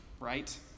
right